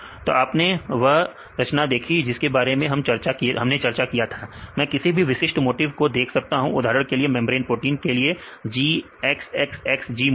तो आपने वह रचना देखी जिसके बारे में हमने चर्चा की थी मैं किसी भी विशिष्ट मोटीफ को देख सकता हूं उदाहरण के लिए मेंब्रेन प्रोटीन के लिए G X X X G motif